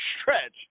stretch